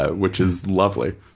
ah which is lovely.